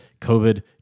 COVID